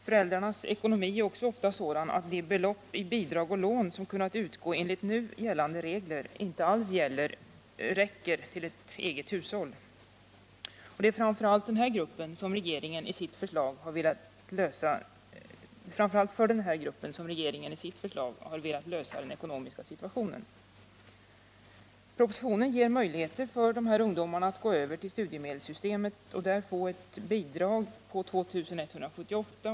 Föräldrarnas ekonomi är också ofta sådan, att de belopp i bidrag och lån som kunnat utgå enligt nu gällande regler inte alls räcker till ett eget hushåll. Det är framför allt för den här gruppen som regeringen med sitt förslag har velat lösa den ekonomiska situationen. Propositionen ger möjligheter för dessa ungdomar att gå över till studiemedelssystemet och där få ett bidrag på 2 178 kr.